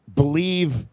believe